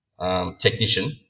technician